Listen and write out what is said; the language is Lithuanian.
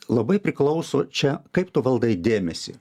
labai priklauso čia kaip tu valdai dėmesį